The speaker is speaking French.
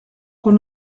qu’on